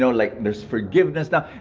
so like there's forgiveness now.